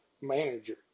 manager